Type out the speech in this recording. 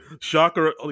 shocker